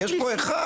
יש פה הכרח.